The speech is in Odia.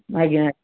ଆଜ୍ଞା